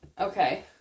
Okay